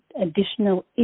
additional